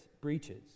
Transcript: breaches